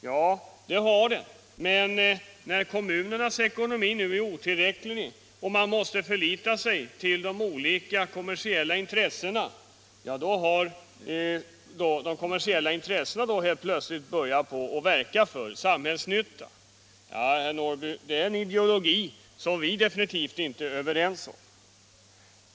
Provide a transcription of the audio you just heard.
Ja, det gör den, men när kommunernas ekonomiska resurser nu är otillräckliga och man måste förlita sig till de olika kommersiella intressena har dessa senare alltså helt plötsligt börjat verka för samhällsnyttan! Ja, herr Norrby, det är en ideologi som vi definitivt inte är överens om.